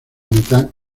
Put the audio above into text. mitad